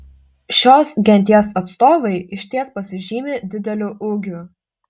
šios genties atstovai išties pasižymi dideliu ūgiu